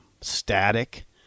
static